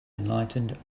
enlightened